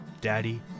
Daddy